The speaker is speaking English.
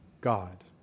God